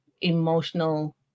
emotional